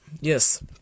yes